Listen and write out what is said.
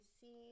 see